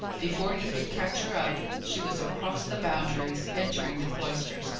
before he could catch her up, she was across the boundaries, entering the cloisters,